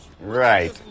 right